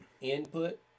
input